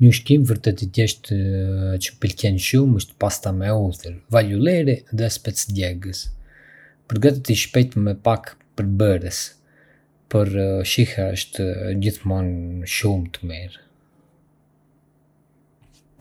Një ushqim vërtet i thjeshtë që më pëlqen shumë është pasta me hudhër, vaj ulliri dhe spec djegës. Përgatitet shpejt me pak përbërës, por shija është gjithmonë shumë tmir.